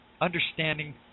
understanding